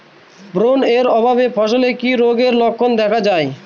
Boron এর অভাবে ফসলে কি রোগের লক্ষণ দেখা যায়?